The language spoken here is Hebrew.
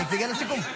תגיע לסיכום.